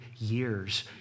years